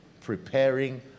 preparing